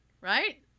right